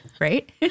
right